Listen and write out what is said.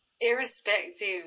irrespective